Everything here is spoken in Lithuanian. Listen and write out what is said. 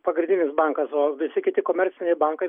pagrindinis bankas o visi kiti komerciniai bankai